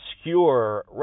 obscure